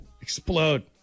explode